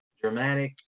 dramatic